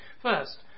First